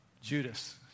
Judas